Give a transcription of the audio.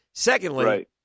Secondly